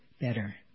better